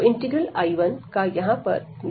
तो integral I1 का यहां पर निष्कर्ष क्या है